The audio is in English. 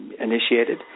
initiated